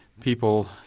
people